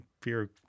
fear